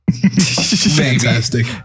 Fantastic